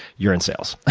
you are in sales.